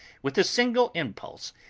with a single impulse,